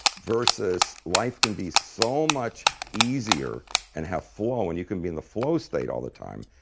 versus, life can be so much easier and have flow and you can be in the flow state all the time.